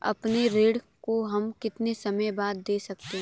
अपने ऋण को हम कितने समय बाद दे सकते हैं?